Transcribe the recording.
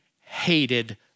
hated